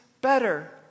better